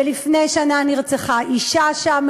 ולפני שנה נרצחה אישה שם,